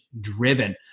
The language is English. driven